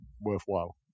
worthwhile